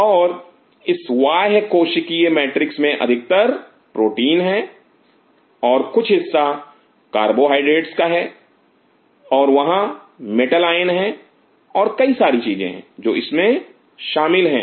और इस बाह्य कोशिकीय मैट्रिक्स में अधिकतर प्रोटीन हैं और कुछ हिस्सा कार्बोहाइड्रेटस का है और वहां मेटल आयन है और कई सारी चीजें हैं जो इसमें शामिल हैं